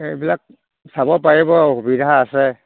এইবিলাক চাব পাৰিব সুবিধা আছে